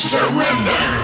Surrender